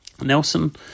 Nelson